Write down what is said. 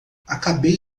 acabei